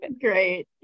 Great